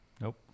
Nope